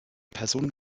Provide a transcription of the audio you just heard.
person